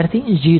વિદ્યાર્થી 0